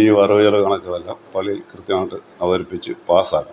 ഈ വരവുചെലവ് കണക്കുകളെല്ലാം പള്ളിയിൽ കൃത്യമായിട്ട് അവതരിപ്പിച്ച് പാസാക്കണം